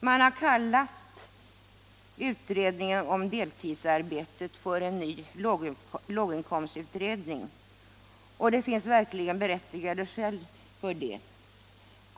Man har kallat utredningen om deltidsarbetet för en ny låginkomstutredning. Det finns verkligen berättigade skäl till detta.